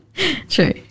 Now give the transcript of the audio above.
True